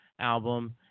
album